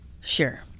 Sure